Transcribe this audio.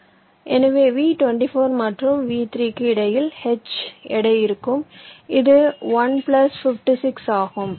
எனவே V24 மற்றும் V3 க்கு இடையில் h இன் எடை இருக்கும் இது 1 பிளஸ் 56 ஆகும்